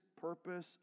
purpose